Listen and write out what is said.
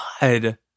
God